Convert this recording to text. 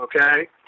Okay